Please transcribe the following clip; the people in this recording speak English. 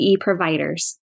providers